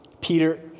Peter